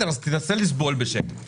תן לה לענות.